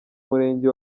murenge